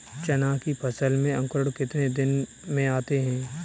चना की फसल में अंकुरण कितने दिन में आते हैं?